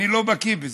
אני לא בקי בזה,